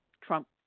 Trump